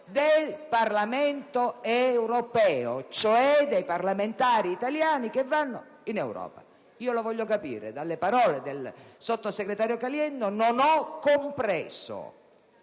del Parlamento europeo, cioè dei parlamentari italiani che vanno in Europa? Lo voglio capire; dalle parole del sottosegretario Caliendo non l'ho compreso